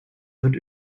wird